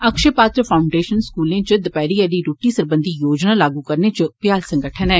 अक्षयपात्र foundation स्कूलें च दपैह्री आह्ली रूट्टी सरबंधी योजना लागू करने च भ्याल संगठन ऐ